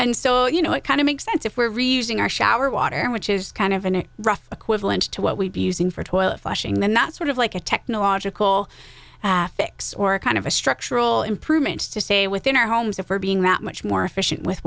and so you know it kind of makes sense if we're reducing our shower water which is kind of an rough equivalent to what we'd be using for toilet flushing then that's sort of like a technological fix or a kind of a structural improvements to say within our homes if are being that much more efficient with